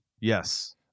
yes